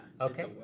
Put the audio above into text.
Okay